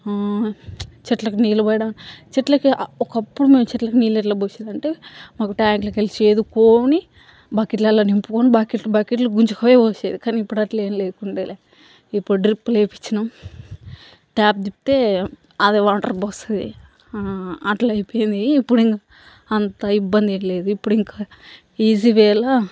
చెట్లకు నీళ్ళు పోయడం చెట్లకు ఒకప్పుడు మేము చెట్లకు నీళ్ళు ఎట్ల పోసేది అంటే మాకు ట్యాంక్లోకి వెళ్ళి చేదుకోని బకెట్లల నింపుకొని బకెట్లు బకెట్లు గుంజుకుపోయి పోసేది కానీ ఇప్పుడు అట్ల ఏం లేకుండేలే ఇప్పుడు డ్రిప్లు వేయించినాం ట్యాప్ తిప్పితే అదే వాటర్ పోస్తుంది అట్లా అయిపోయింది ఇప్పుడు ఇంక అంత ఇబ్బంది ఏం లేదు ఇప్పుడు ఇంకా ఈజీ వేల